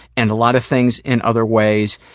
and a lot of things in other ways,